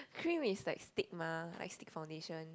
cream is like stick mah like stick foundation